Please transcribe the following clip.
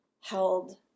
held